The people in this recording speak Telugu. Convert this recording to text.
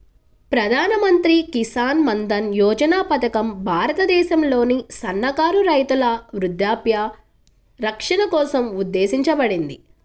ప్రధాన్ మంత్రి కిసాన్ మన్ధన్ యోజన పథకం భారతదేశంలోని సన్నకారు రైతుల వృద్ధాప్య రక్షణ కోసం ఉద్దేశించబడింది